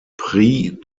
prix